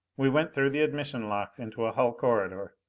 we went through the admission locks into a hull corridor,